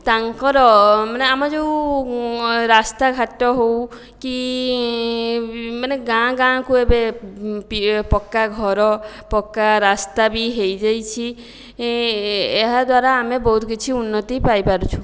ତାଙ୍କର ମାନେ ଆମ ଯେଉଁ ରାସ୍ତା ଘାଟ ହେଉ କି ମାନେ ଗାଁ ଗାଁ କୁ ଏବେ ପକ୍କା ଘର ପକ୍କା ରାସ୍ତା ବି ହୋଇ ଯାଇଛି ଏହା ଦ୍ଵାରା ଆମେ ବହୁତ କିଛି ଉନ୍ନତି ପାଇ ପାରୁଛୁ